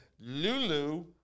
Lulu